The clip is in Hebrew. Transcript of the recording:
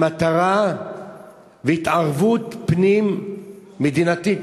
המטרה והתערבות פנים-מדינתית,